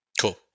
Cool